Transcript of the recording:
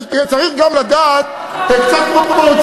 צריך גם קצת פרופורציות.